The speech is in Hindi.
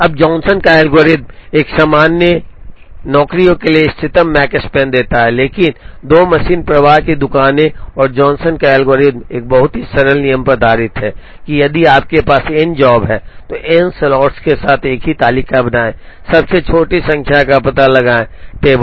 अब जॉनसन का एल्गोरिथ्म एक सामान्य मी नौकरियों के लिए इष्टतम मैकस्पेसन देता है लेकिन 2 मशीन प्रवाह की दुकान और जॉनसन का एल्गोरिथ्म एक बहुत ही सरल नियम पर आधारित है कि यदि आपके पास n जॉब है तो n स्लॉट्स के साथ एक तालिका बनाएं सबसे छोटी संख्या का पता लगाएं टेबल